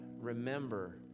remember